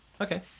Okay